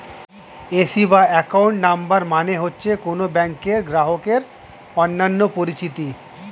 AC C account number মানে হচ্ছে কোন ব্যাংকের গ্রাহকের অন্যান্য পরিচিতি